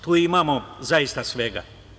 Tu imamo zaista svega.